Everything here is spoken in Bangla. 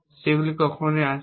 যেগুলি কখনই আসবে না